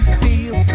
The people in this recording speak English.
feel